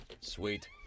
Sweet